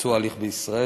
לביצוע ההליך בישראל.